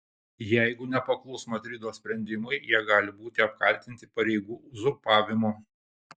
jeigu nepaklus madrido sprendimui jie gali būti apkaltinti pareigų uzurpavimu